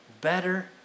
better